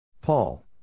Paul